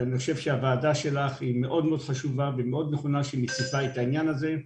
אני חושב שהוועדה שלך מאוד חשובה ונכונה כשהיא מציפה את העניין הזה.